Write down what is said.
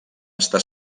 estar